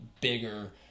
bigger